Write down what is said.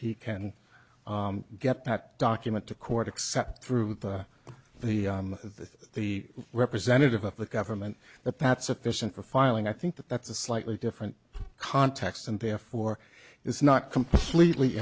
he can get that document to court except through the with the representative of the government that that's sufficient for filing i think that that's a slightly different context and therefore is not completely